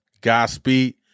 Godspeed